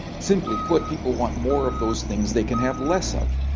simply put, people want more of those things they can have less of.